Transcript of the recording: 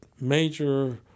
major